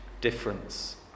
difference